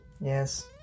Yes